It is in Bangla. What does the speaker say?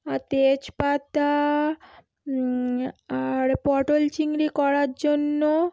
আর তেজপাতা আর পটল চিংড়ি করার জন্য